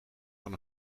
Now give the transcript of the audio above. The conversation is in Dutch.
van